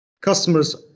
Customers